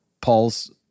Paul's